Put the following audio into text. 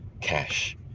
cash